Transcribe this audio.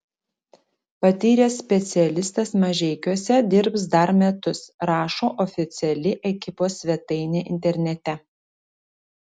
patyręs specialistas mažeikiuose dirbs dar metus rašo oficiali ekipos svetainė internete